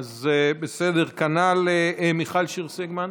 בסדר, כנ"ל מיכל שיר סגמן.